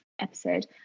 episode